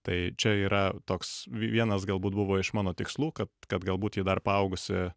tai čia yra toks vienas galbūt buvo iš mano tikslų kad kad galbūt ji dar paaugusi